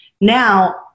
Now